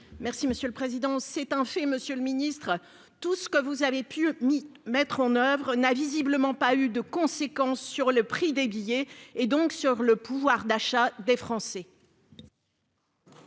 pour la réplique. C'est un fait, monsieur le ministre : tout ce que vous avez pu mettre en oeuvre n'a visiblement pas eu de conséquences sur le prix des billets, donc sur le pouvoir d'achat des Français.